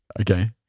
Okay